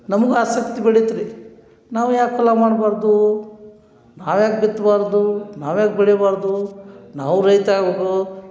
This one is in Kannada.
ನಮ್ಗೂ ಆಸಕ್ತಿ ಬೆಳೀತ್ರಿ ನಾವು ಯಾಕೆ ಹೊಲ ಮಾಡಬಾರ್ದು ನಾವು ಯಾಕೆ ಬಿತ್ತಬಾರ್ದು ನಾವು ಯಾಕೆ ಬೆಳಿಬಾರ್ದು ನಾವು ರೈತ ಆಗ್ಬೇಕು